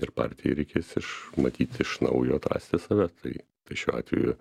ir partijai reikės iš matyt iš naujo atrasti save tai tai šiuo atveju